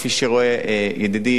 כפי שרואה ידידי,